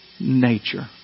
nature